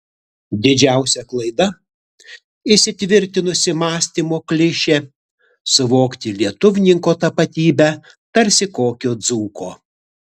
didžiausia klaida įsitvirtinusi mąstymo klišė suvokti lietuvninko tapatybę tarsi kokio dzūko